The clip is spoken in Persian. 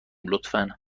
لطفا